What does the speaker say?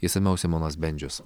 išsamiau simonas bendžius